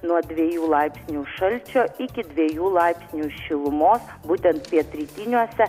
nuo dviejų laipsnių šalčio iki dviejų laipsnių šilumos būtent pietrytiniuose